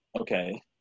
okay